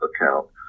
account